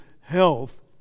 health